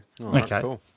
Okay